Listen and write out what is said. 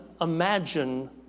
imagine